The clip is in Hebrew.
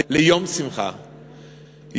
ליום שמחה,